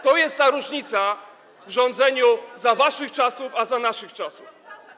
To jest ta różnica w rządzeniu za waszych czasów i za naszych czasów.